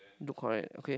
look correct okay